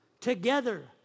together